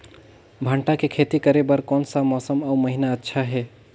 भांटा के खेती करे बार कोन सा मौसम अउ महीना अच्छा हे?